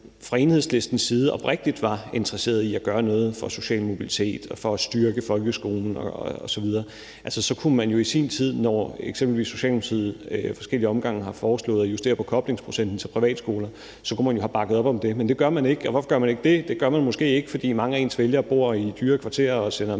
fra Enhedslistens side oprigtigt var interesseret i at gøre noget for social mobilitet og for at styrke folkeskolen osv., kunne man jo i sin tid, hvor eksempelvis Socialdemokratiet ad forskellige omgange har foreslået at justere på koblingsprocenten til privatskoler, have bakket op om det. Men det gør man ikke, og hvorfor gør man ikke det? Det gør man måske ikke, fordi mange af ens vælgere bor i dyre kvarterer og sender